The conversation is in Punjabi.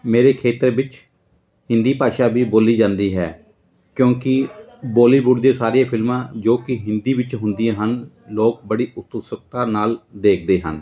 ਮੇਰੇ ਖੇਤਰ ਵਿੱਚ ਹਿੰਦੀ ਭਾਸ਼ਾ ਵੀ ਬੋਲੀ ਜਾਂਦੀ ਹੈ ਕਿਉਂਕਿ ਬੋਲੀਵੁੱਡ ਦੀਆਂ ਸਾਰੀਆਂ ਫਿਲਮਾਂ ਜੋ ਕਿ ਹਿੰਦੀ ਵਿੱਚ ਹੁੰਦੀਆਂ ਹਨ ਲੋਕ ਬੜੀ ਉਤਸੁਕਤਾ ਨਾਲ ਦੇਖਦੇ ਹਨ